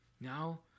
Now